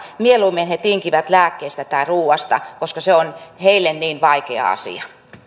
mieluummin he tinkivät lääkkeistä tai ruuasta koska se on heille niin vaikea asia